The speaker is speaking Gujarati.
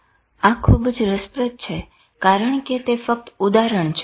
આ ખુબ જ રસપ્રદ છે કારણ કે તે ફક્ત ઉદાહરણ છે